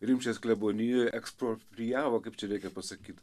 rimšės klebonijoje eksproprijavo kaip čia reikia pasakyt